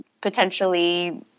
potentially